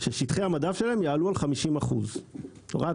ששטחי המדף שלהם יעלו על 50%. הוראת